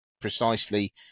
precisely